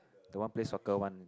the one play soccer one